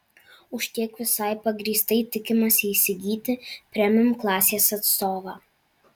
už tiek visai pagrįstai tikimasi įsigyti premium klasės atstovą